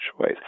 choice